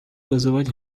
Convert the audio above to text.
вызывать